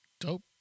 Dope